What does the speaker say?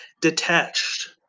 detached